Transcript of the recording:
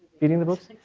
feeding the books?